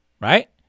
right